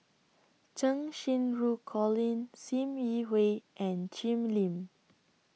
Cheng Xinru Colin SIM Yi Hui and Jim Lim